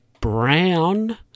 brown